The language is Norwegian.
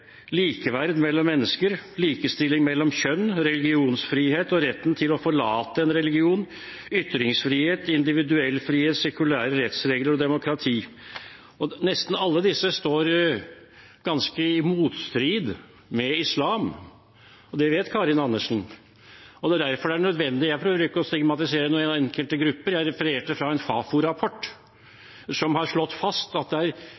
likeverd mellom mennesker, likestilling mellom kjønn, religionsfrihet og retten til å forlate en religion, ytringsfrihet, individuell frihet, sekulære rettsregler og demokrati. Nesten alle disse står ganske i motstrid med islam, og det vet Karin Andersen. Jeg prøver ikke å stigmatisere noen enkelte grupper, jeg refererte fra en Fafo-rapport som har slått fast at